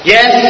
Yes